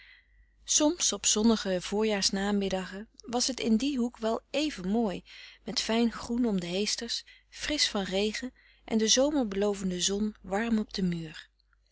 soms op zonnige voorjaarsnamiddagen was het in frederik van eeden van de koele meren des doods dien hoek wel éven mooi met fijn groen om de heesters frisch van regen en de zomer belovende zon warm op den muur